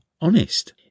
honest